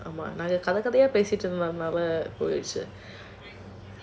ஆமா நாங்க கத கதையா பேசிடிருந்தோம் நெறய:aamaa naanga katha kathaiya pesitrunthom neraya